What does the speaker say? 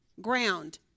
ground